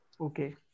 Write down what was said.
Okay